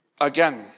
Again